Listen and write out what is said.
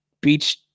beach